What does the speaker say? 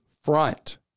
front